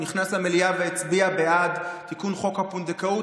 הוא נכנס למליאה והצביע בעד תיקון חוק הפונדקאות